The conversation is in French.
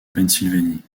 pennsylvanie